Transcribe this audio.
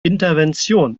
intervention